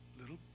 little